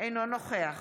אינו נוכח